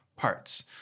parts